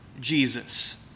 Jesus